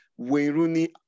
Weiruni